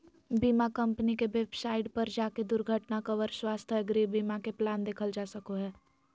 बीमा कम्पनी के वेबसाइट पर जाके दुर्घटना कवर, स्वास्थ्य, गृह बीमा के प्लान देखल जा सको हय